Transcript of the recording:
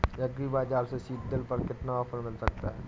Agree bazaar से seed drill पर कितना ऑफर मिल सकता है?